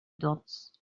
dots